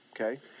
okay